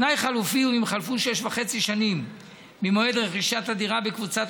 תנאי חלופי הוא אם חלפו שש שנים וחצי ממועד רכישת הדירה בקבוצת